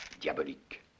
Diabolique